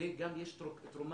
לזה גם יש תרומה,